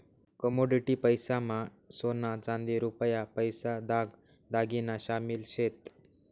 commodity पैसा मा सोना चांदी रुपया पैसा दाग दागिना शामिल शेत